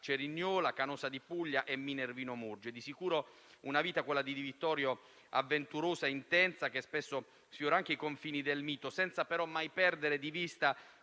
Cerignola, Canosa di Puglia e Minervino Murge. Di sicuro quella di Di Vittorio è stata una vita avventurosa e intensa, che spesso sfiora anche i confini del mito, senza però mai perdere di vista